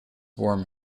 warm